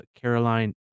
Caroline